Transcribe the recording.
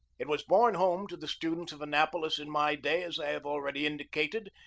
it was borne home to the students of annapolis in my day, as i have already indicated,